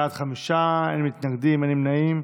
בעד, חמישה, אין מתנגדים, אין נמנעים.